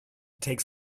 takes